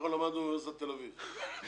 אנחנו למדנו באוניברסיטת תל אביב.